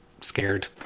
scared